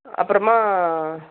அப்புறமா